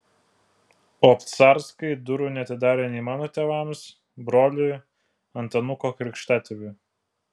obcarskai durų neatidarė nei mano tėvams broliui antanuko krikštatėviui